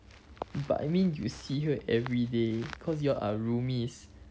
but I mean you see her everyday cause you all are roomies